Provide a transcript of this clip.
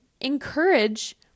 encourage